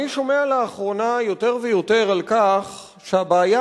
אני שומע לאחרונה יותר ויותר על כך שהבעיה